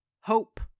Hope